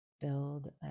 build